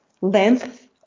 length